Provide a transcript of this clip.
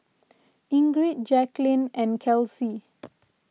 Ingrid Jacqueline and Kelsea